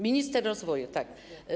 Minister rozwoju, tak.